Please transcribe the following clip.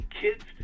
Kids